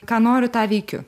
ką noriu tą veikiu